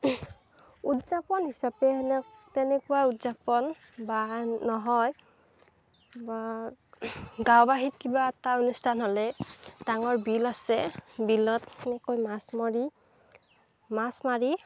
উদযাপন হিচাপে ধৰি লওক তেনেকুৱা উদযাপন বা নহয় বা গাঁৱবাসীৰ কিবা এটা অনুষ্ঠান হ'লে ডাঙৰ বিল আছে বিলত সেনেকৈ মাছ মাৰি মাছ মাৰি